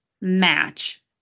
match